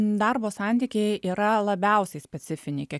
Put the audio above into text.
darbo santykiai yra labiausiai specifiniai kiek